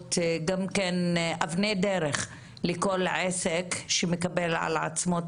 להוות גם אבני דרך לכל עסק שמקבל על עצמו את